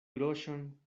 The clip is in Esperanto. groŝon